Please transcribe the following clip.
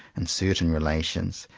in certain relations,